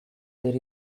there